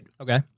Okay